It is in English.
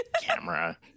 camera